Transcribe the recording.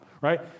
right